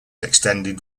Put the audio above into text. extended